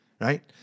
right